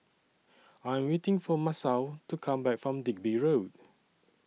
I'm waiting For Masao to Come Back from Digby Road